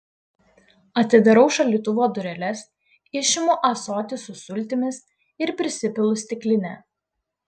atidarau šaldytuvo dureles išimu ąsotį su sultimis ir prisipilu stiklinę